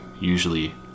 usually